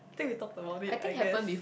then we talk about it I guess